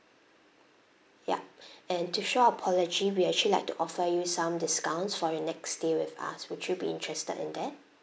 yup and to show our apology we actually like to offer you some discounts for your next stay with us would you be interested in that